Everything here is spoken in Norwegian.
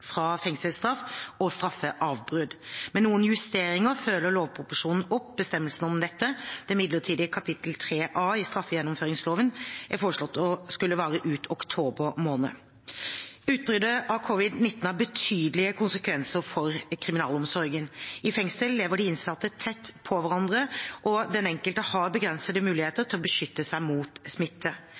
fra fengselsstraff og straffeavbrudd. Med noen justeringer følger lovproposisjonen opp bestemmelsene om dette. Det midlertidige kapittel 3 A i straffegjennomføringsloven er foreslått å skulle vare ut oktober måned. Utbruddet av covid-19 har betydelige konsekvenser for kriminalomsorgen. I fengsel lever de innsatte tett på hverandre, og den enkelte har begrensede muligheter til å beskytte seg mot smitte.